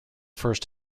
first